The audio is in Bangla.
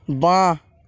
বাঁ